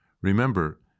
Remember